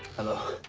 hello?